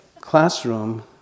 classroom